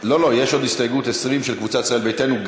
יש עוד הסתייגות 20 של קבוצת ישראל ביתנו,